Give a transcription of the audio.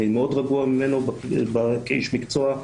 שאני מאוד רגוע ממנו כאיש מקצוע,